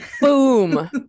Boom